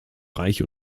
reich